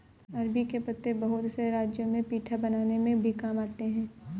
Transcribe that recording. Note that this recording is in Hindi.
अरबी के पत्ते बहुत से राज्यों में पीठा बनाने में भी काम आते हैं